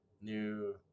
new